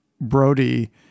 Brody